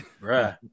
right